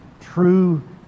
True